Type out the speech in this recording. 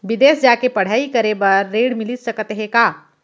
बिदेस जाके पढ़ई करे बर ऋण मिलिस सकत हे का?